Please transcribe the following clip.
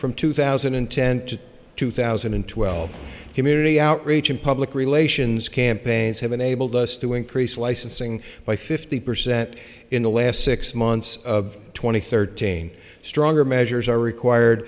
from two thousand and ten to two thousand and twelve community outreach and public relations campaigns have enabled us to increase licensing by fifty percent in the last six months of two thousand and thirteen stronger measures are required